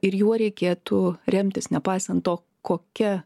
ir juo reikėtų remtis nepaisant to kokia